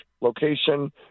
location